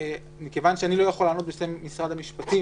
אני לא יכול לענות בשם משרד המשפטים